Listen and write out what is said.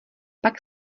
pak